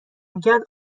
میکرد